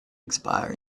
expire